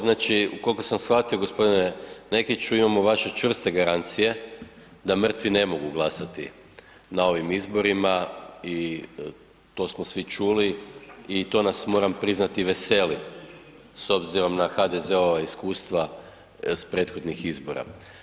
Znači koliko sam shvatio g. Nekiću, imamo vaše čvrste garancije da mrtvi ne mogu glasati na ovim izborima i to smo svi čuli i to nas, moram priznati veseli s obzirom na HDZ-ova iskustva s prethodnih izbora.